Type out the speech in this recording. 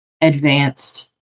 advanced